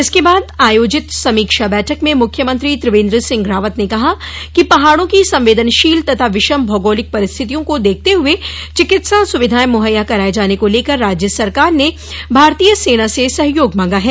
इसके बाद आयोजित समीक्षा बैठक में मुख्यमंत्री त्रिवेन्द्र सिह रावत ने कहा कि पहाड़ों की संवेदनशील तथा विषम भौगोलिक परिस्थितियों को देखते हुए चिकित्सा सुविधाएं मुहैया कराये जाने को लेकर राज्य सरकार ने भारतीय सेना से सहयोग मांगा है